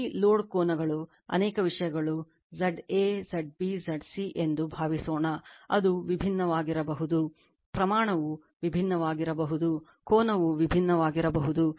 ಈ ಲೋಡ್ ಕೋನಗಳು ಅನೇಕ ವಿಷಯಗಳು Z a Z b Z c ಎಂದು ಭಾವಿಸೋಣ ಅದು ವಿಭಿನ್ನವಾಗಿರಬಹುದು ಪ್ರಮಾಣವು ವಿಭಿನ್ನವಾಗಿರಬಹುದು ಕೋನವು ವಿಭಿನ್ನವಾಗಿರಬಹುದು